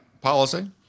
policy